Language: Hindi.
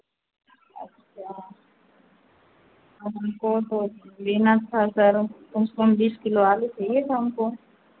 हमको तो लेना था सर कम से कम बीस किलो आलू चाहिए था हमको